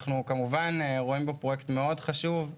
אנחנו רואים בו פרויקט חשוב מאוד